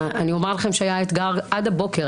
אני אומר לכם שהיה אתגר עד הבוקר,